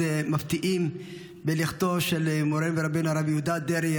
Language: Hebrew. מפתיעים על לכתו של מורנו ורבנו הרב יהודה דרעי,